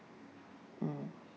mm